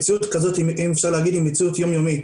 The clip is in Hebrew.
מציאות כזאת היא מציאות יום יומית,